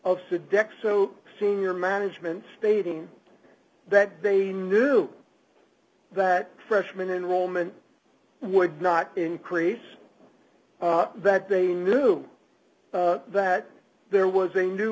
deck so senior management stating that they knew that freshman enrollment would not increase that they knew that there was a new